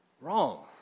Wrong